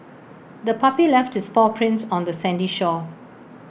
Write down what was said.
the puppy left its paw prints on the sandy shore